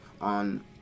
on